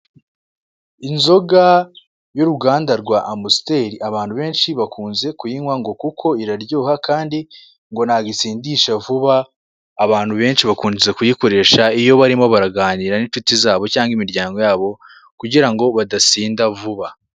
Inzoga y'uruganda rw'amusteri abantu benshi bakunze kuyinywa ngo kuko iraryoha kandi ngo ntago isindisha vuba abantu benshi bakunze kuyikoresha iyo barimo baraganira n'inshuti zabo cyangwa imiryango yabo kugirango badasinda vuba.